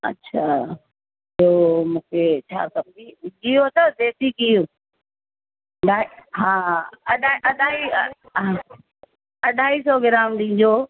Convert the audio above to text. अछा ॿियो मूंखे छा खपे गीहु अथव देसी गीहु ढाई हा हा अढाई अढाई अढाई सौ ग्राम ॾिजो